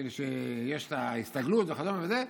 שיש ההסתגלות וזה,